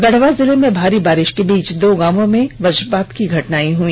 गढवा जिले में भारी बारिश के बीच दो गांवों में वज्रपात की घटनायें भी हई